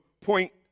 point